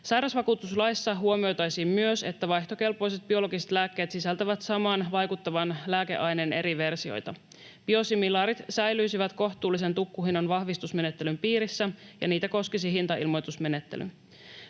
Sairausvakuutuslaissa huomioitaisiin myös, että vaihtokelpoiset biologiset lääkkeet sisältävät saman vaikuttavan lääkeaineen eri versioita. Biosimilaarit säilyisivät kohtuullisen tukkuhinnan vahvistusmenettelyn piirissä, ja niitä koskisi hintailmoitusmenettely.